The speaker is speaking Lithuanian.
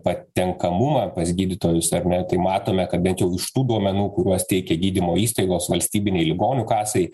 patenkamumą pas gydytojus ar ne tai matome kad bent jau iš tų duomenų kuriuos teikia gydymo įstaigos valstybinei ligonių kasai